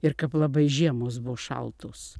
ir kap labai žiemos buvo šaltos